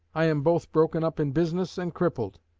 i am both broken up in business and crippled.